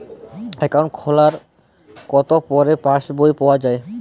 Account খোলার কতো পরে পাস বই পাওয়া য়ায়?